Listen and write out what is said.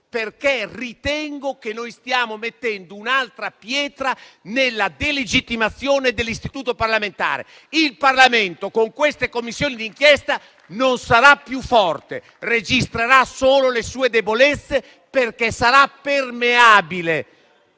perché ritengo che stiamo mettendo un'altra pietra nella delegittimazione dell'istituto parlamentare. Il Parlamento con queste Commissioni d'inchiesta non sarà più forte, ma registrerà solo le sue debolezze, perché sarà permeabile